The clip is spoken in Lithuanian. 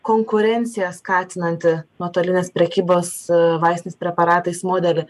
konkurenciją skatinantį nuotolinės prekybos vaistiniais preparatais modelį